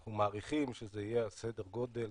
אנחנו מעריכים שזה יהיה סדר הגודל,